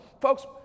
folks